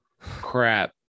crap